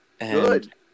Good